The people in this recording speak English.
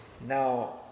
Now